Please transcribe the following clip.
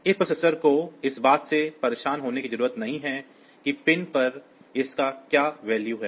इस प्रोसेसर को इस बात से परेशान होने की ज़रूरत नहीं है कि पिन पर इसका क्या मूल्य है